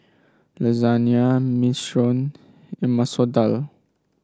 Lasagne Minestrone and Masoor Dal